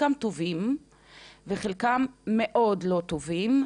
חלקם טובים וחלקם מאוד לא טובים,